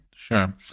sure